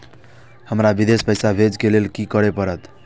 हमरा विदेश पैसा भेज के लेल की करे परते?